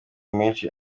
menshi